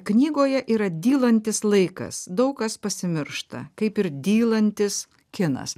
knygoje yra dylantis laikas daug kas pasimiršta kaip ir dylantis kinas